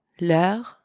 Leur